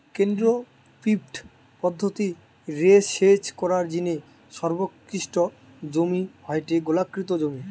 কেন্দ্রীয় পিভট পদ্ধতি রে সেচ করার জিনে সর্বোৎকৃষ্ট জমি হয়ঠে গোলাকৃতি জমি